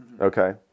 Okay